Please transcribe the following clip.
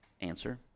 Answer